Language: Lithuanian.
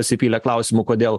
pasipylė klausimų kodėl